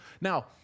Now